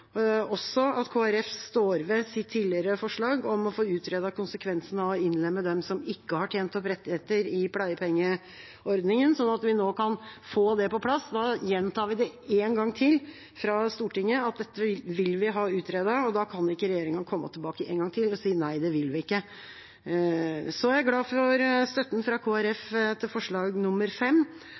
også at Kristelig Folkeparti står ved sitt tidligere forslag om å få utredet konsekvensene av å innlemme dem som ikke har tjent seg opp rettigheter i pleiepengeordningen, slik at vi nå kan få det på plass. Vi gjentar fra Stortinget at dette vil vi ha utredet, og da kan ikke regjeringa komme tilbake en gang til og si nei, det vil vi ikke. Jeg er også glad for støtten fra Kristelig Folkeparti til forslag